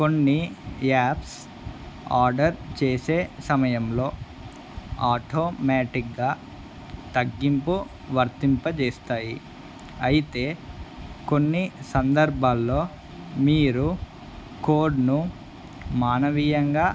కొన్ని apps order చేసే సమయంలో ఆటోమటిక్గా తగ్గింపు వర్తింపజేస్తాయి అయితే కొన్ని సందర్భాల్లో మీరు కోడ్ను మానవీయంగా